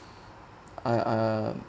uh uh